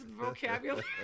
vocabulary